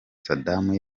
saddam